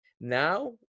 now